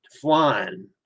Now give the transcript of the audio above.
flying